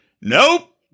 Nope